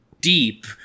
deep